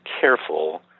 careful